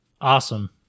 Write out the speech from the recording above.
awesome